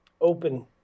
open